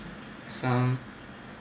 some